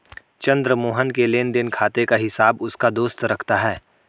चंद्र मोहन के लेनदेन खाते का हिसाब उसका दोस्त रखता है